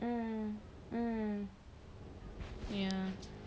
hmm hmm ya